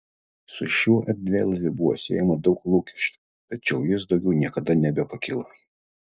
su šiuo erdvėlaiviu buvo siejama daug lūkesčių tačiau jis daugiau niekada nebepakilo